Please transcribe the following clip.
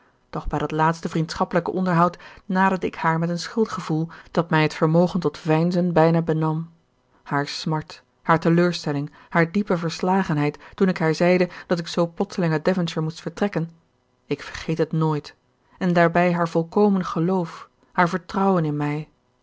doch bij dat laatste vriendschappelijke onderhoud naderde ik haar met een schuldgevoel dat mij het vermogen tot veinzen bijna benam haar smart haar teleurstelling haar diepe verslagenheid toen ik haar zeide dat ik zoo plotseling uit devonshire moest vertrekken ik vergeet het nooit en daarbij haar volkomen geloof haar vertrouwen in mij